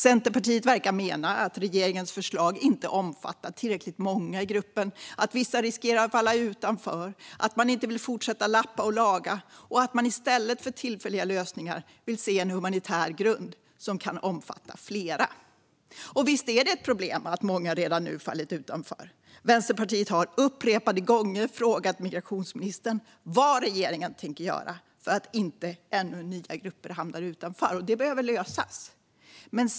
Centerpartiet verkar mena att regeringens förslag inte omfattar tillräckligt många i gruppen, att vissa riskerar att falla utanför, att man inte vill fortsätta att lappa och laga och att man i stället för tillfälliga lösningar vill se en humanitär grund som kan omfatta fler. Visst är det ett problem att många redan nu fallit utanför. Vänsterpartiet har upprepade gånger frågat migrationsministern vad regeringen tänker göra för att inte fler nya grupper ska hamna utanför. Det behöver lösas.